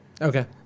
Okay